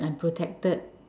that I'm protected